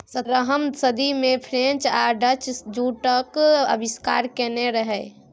सतरहम सदी मे फ्रेंच आ डच जुटक आविष्कार केने रहय